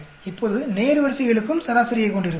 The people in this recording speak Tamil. இப்போது நேர்வரிசைகளுக்கும் சராசரியை கொண்டிருக்கலாம்